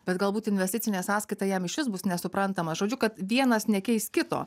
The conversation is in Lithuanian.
bet galbūt investicinė sąskaita jam išvis bus nesuprantama žodžiu kad vienas nekeis kito